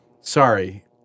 sorry